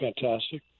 fantastic